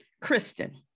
Kristen